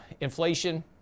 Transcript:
inflation